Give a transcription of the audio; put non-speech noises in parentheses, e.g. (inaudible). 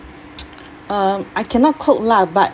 (noise) um I cannot cook lah but